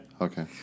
Okay